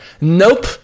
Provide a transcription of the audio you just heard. Nope